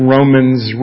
Romans